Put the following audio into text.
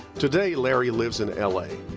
today, larry lives in l a,